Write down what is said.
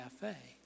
cafe